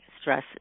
stress